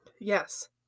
Yes